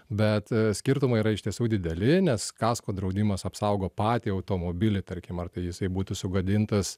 bet skirtumai yra iš tiesų dideli nes kasko draudimas apsaugo patį automobilį tarkim ar tai jisai būtų sugadintas